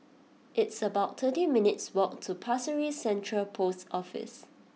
it's about thirty minutes' walk to Pasir Ris Central Post Office